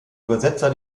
übersetzer